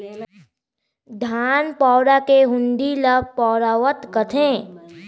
धान पैरा के हुंडी ल पैरावट कथें